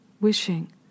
wishing